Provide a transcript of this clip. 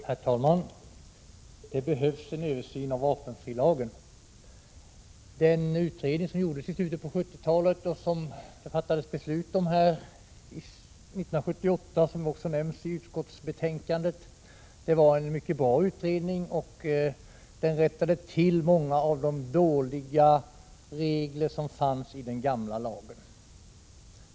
Herr talman! Det behövs en översyn av vapenfrilagen. Den utredning som gjordes i slutet av 1970-talet och gav anledning till beslut 1978 har också nämnts i utskottsbetänkandet. Det var en mycket bra utredning. Den rättade till många av de dåliga regler som fanns i den gamla lagen.